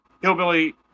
hillbilly